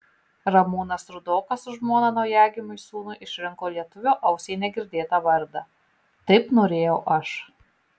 ramūnas rudokas su žmona naujagimiui sūnui išrinko lietuvio ausiai negirdėtą vardą taip norėjau aš